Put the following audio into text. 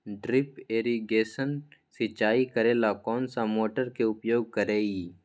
Drip irrigation सिंचाई करेला कौन सा मोटर के उपयोग करियई?